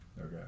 Okay